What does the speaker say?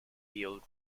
real